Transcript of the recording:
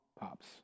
Pops